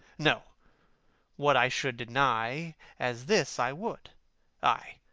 no what i should deny as this i would ay,